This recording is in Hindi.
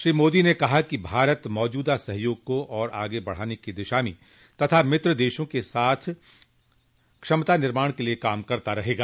श्री मोदी ने कहा कि भारत मौजूदा सहयोग को और आगे बढ़ाने की दिशा में तथा मित्र देशों के क्षमता निर्माण के लिए काम करता रहेगा